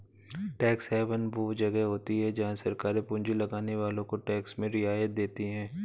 tax haven वो जगह होती हैं जहाँ सरकारे पूँजी लगाने वालो को टैक्स में रियायत देती हैं